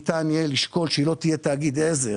ניתן יהיה לשקול שהיא לא תהיה תאגיד עזר